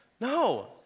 no